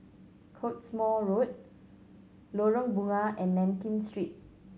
Cottesmore Road Lorong Bunga and Nankin Street